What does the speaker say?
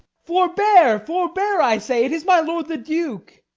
forbear, forbear, i say it is my lord the duke.